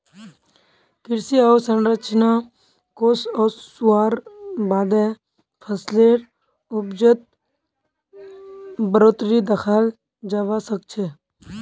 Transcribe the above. कृषि अवसंरचना कोष ओसवार बादे फसलेर उपजत बढ़ोतरी दखाल जबा सखछे